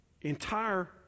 entire